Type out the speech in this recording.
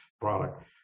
product